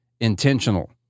intentional